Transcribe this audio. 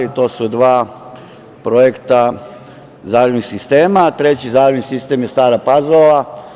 To su dva projekta zalivnih sistema, a treći zalivni sistem je Stara Pazova.